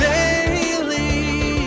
Daily